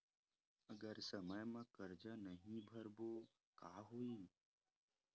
अगर समय मा कर्जा नहीं भरबों का होई?